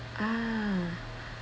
ah